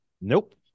Nope